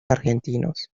argentinos